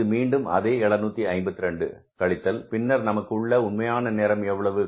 இது மீண்டும் அதே 752 கழித்தல் பின்னர் நமக்கு உள்ள உண்மையான நேரம் எவ்வளவு